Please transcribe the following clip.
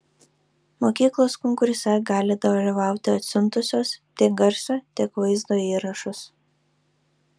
mokyklos konkurse gali dalyvauti atsiuntusios tiek garso tiek vaizdo įrašus